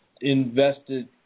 invested